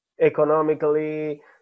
Economically